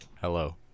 Hello